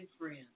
friends